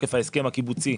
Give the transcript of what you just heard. מתוקף ההסכם הקיבוצי.